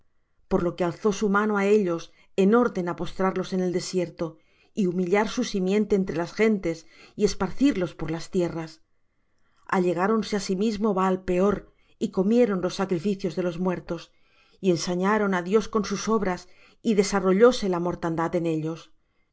por lo que alzó su mano á ellos en orden á postrarlos en el desierto y humillar su simiente entre las gentes y esparcirlos por las tierras allegáronse asimismo á baalpeor y comieron los sacrificios de los muertos y ensañaron á dios con sus obras y desarrollóse la mortandad en ellos